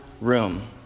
room